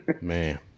Man